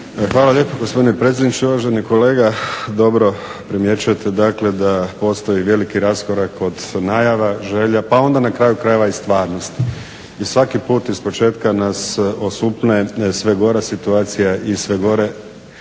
Hvala lijepa gospodine predsjedniče. Uvaženi kolega dobro primjećujete dakle da postoji veliki raskorak od najava, želja pa onda na kraju krajeva i stvarnosti. I svaki put ispočetka nas osupne sve gora situacija i sve gori